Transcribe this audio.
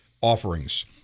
offerings